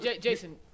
Jason